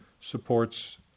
supports